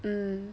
mm